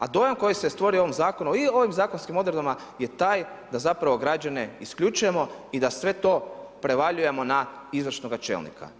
A dojam koji se stvorio u ovom zakonu i ovim zakonskim odredbama je taj da zapravo građane isključujemo i da sve to prevaljujemo na izvršnoga čelnika.